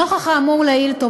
נוכח האמור לעיל,